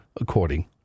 according